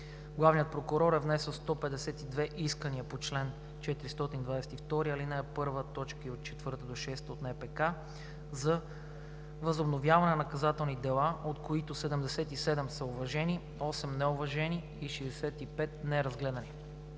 Главният прокурор е внесъл 152 искания по чл. 422, ал. 1, т. 4 – 6 НПК за възобновяване на наказателни дела, от които 77 са уважени, 8 – неуважени, а 65 – неразгледани.